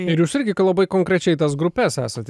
ir jūs irgi labai konkrečiai tas grupes esat